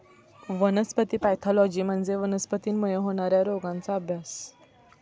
वनस्पती पॅथॉलॉजी म्हणजे वनस्पतींमुळे होणार्या रोगांचा अभ्यास